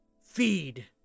feed